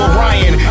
Orion